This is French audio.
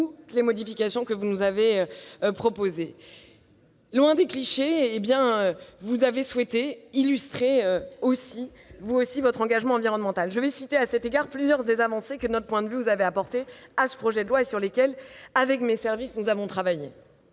toutes les modifications que vous avez proposées. Loin des clichés, vous avez souhaité, vous aussi, illustrer votre engagement environnemental. Je veux citer, à cet égard, plusieurs des avancées que, de notre point de vue, vous avez apportées à ce projet de loi et sur lesquelles, avec mes services, nous avons travaillé.